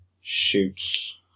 shoots